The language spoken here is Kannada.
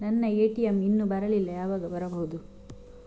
ನನ್ನ ಎ.ಟಿ.ಎಂ ಇನ್ನು ಬರಲಿಲ್ಲ, ಯಾವಾಗ ಬರಬಹುದು?